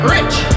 Rich